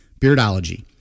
Beardology